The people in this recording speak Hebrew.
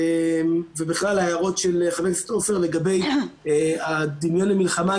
ובכלל ההערות של חבר הכנסת עופר לגבי הדמיון למלחמה,